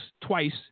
twice